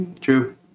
True